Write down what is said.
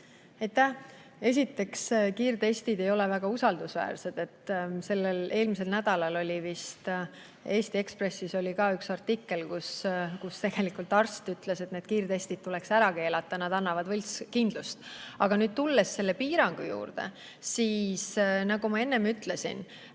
Esiteks, kiirtestid ei ole väga usaldusväärsed. Eelmisel nädalal oli vist Eesti Ekspressis üks artikkel, kus üks arst ütles, et need kiirtestid tuleks ära keelata, need annavad võltskindluse. Aga tulles selle piirangu juurde, siis nagu ma enne ütlesin,